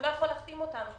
הוא לא יכול להחתים אותנו.